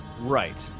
Right